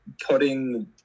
putting